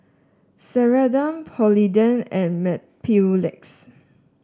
Ceradan Polident and Mepilex